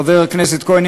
חבר הכנסת כהן,